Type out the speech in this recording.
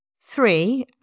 three